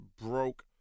broke